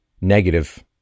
negative